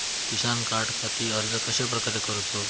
किसान कार्डखाती अर्ज कश्याप्रकारे करूचो?